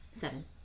Seven